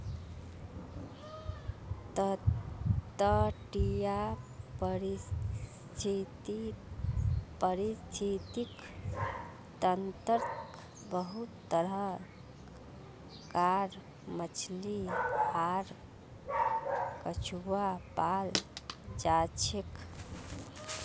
तटीय परिस्थितिक तंत्रत बहुत तरह कार मछली आर कछुआ पाल जाछेक